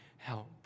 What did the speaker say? help